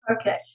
Okay